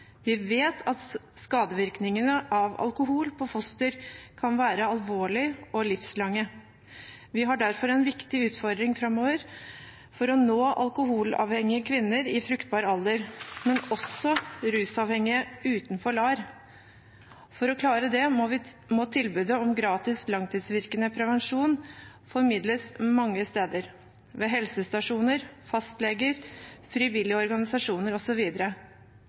Vi vet at skadevirkningene av alkohol på foster kan være alvorlige og livslange. Vi har derfor en viktig utfordring framover for å nå alkoholavhengige kvinner i fruktbar alder, men også rusavhengige utenfor LAR. For å klare det må tilbudet om gratis langtidsvirkende prevensjon formidles mange steder, ved helsestasjoner, hos fastleger, frivillige organisasjoner